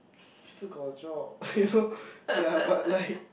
still got a job eh you know ya but like